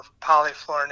polyfluorinated